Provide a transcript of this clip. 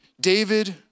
David